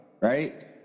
Right